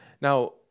Now